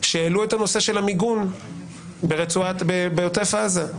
שהעלו את הנושא של המיגון בעוטף עזה,